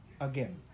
Again